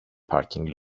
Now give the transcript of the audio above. parking